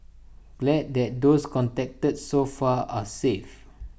glad that those contacted so far are safe